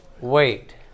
wait